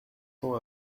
tend